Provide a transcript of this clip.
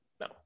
No